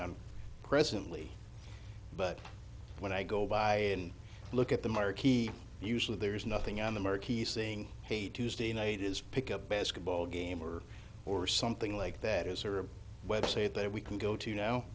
on presently but when i go by and look at the marquee usually there is nothing on the murky saying hey tuesday night is pick up basketball game or something like that is or a website that we can go to now